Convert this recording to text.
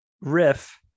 riff